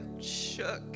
shook